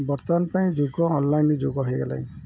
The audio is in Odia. ବର୍ତ୍ତମାନ ପାଇଁ ଯୁଗ ଅନ୍ଲାଇନ୍ ବି ଯୁଗ ହୋଇଗଲାଣି